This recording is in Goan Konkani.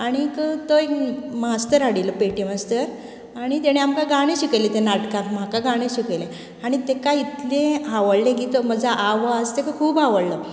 आनीक तो एक मास्तर हाडिल्लो पेटी मास्तर आनी तेंणे आमकां गाणे शिकयले तें नाटकांत म्हाका गाणे शिकयले आनी तेका इतलें आवडले की तो म्हजो आवाज तेका खूब आवडलो